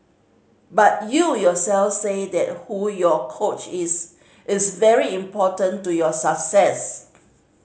but you yourself said that who your coach is is very important to your success